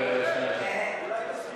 אני יכול להציע